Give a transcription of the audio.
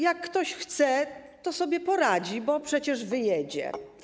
Jak ktoś chce, to sobie poradzi, bo przecież wyjedzie.